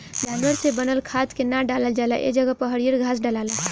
जानवर से बनल खाद के ना डालल जाला ए जगह पर हरियर घास डलाला